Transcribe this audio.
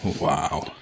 Wow